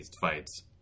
fights